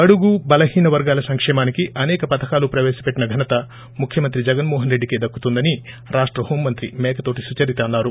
బడుగు బలహీన వర్గాల సంక్షేమానికి అసేక పధకాలు ప్రపేశపెట్టిన ఘనత ముఖ్యమంత్రి జగన్ మోహన్ రెడ్డి కే దక్కుతుందని రాష్ట హోంమంత్రి మేకతోటి సుచరిత అన్నారు